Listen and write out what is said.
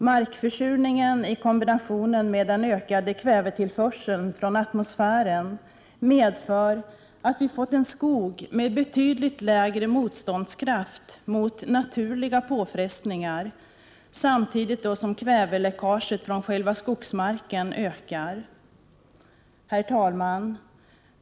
Markförsurningen i kombination med den ökade kvävetillförseln från atmosfären medför att vi fått en skog med betydligt lägre motståndskraft mot naturliga påfrestningar, samtidigt som kväveläckaget från själva skogsmarken ökar. Herr talman!